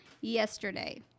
yesterday